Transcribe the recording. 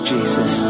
Jesus